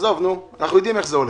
אנחנו יודעים איך זה הולך.